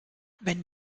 wenn